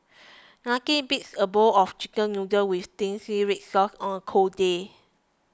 nothing beats a bowl of Chicken Noodles with Zingy Red Sauce on a cold day